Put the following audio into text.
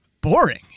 boring